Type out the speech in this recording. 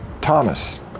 Thomas